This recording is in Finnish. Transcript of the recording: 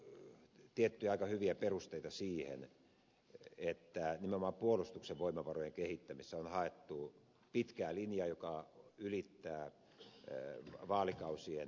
meillä on ollut tiettyjä aika hyviä perusteita siihen että nimenomaan puolustuksen voimavarojen kehittämisessä on haettu pitkää linjaa joka ylittää vaalikausien rajan